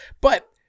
But-